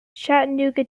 chattanooga